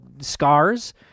scars